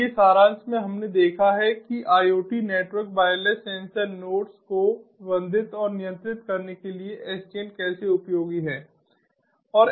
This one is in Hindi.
इसलिए सारांश में हमने देखा है कि IoT network wireless sensor nodes को प्रबंधित और नियंत्रित करने के लिए SDN कैसे उपयोगी है